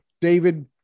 David